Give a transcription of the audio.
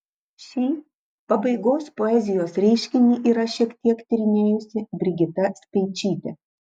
šį pabaigos poezijos reiškinį yra šiek tiek tyrinėjusi brigita speičytė